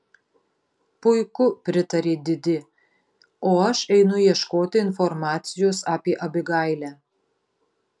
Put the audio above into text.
puiku pritarė didi o aš einu ieškoti informacijos apie abigailę